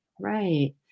Right